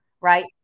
right